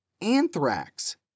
Anthrax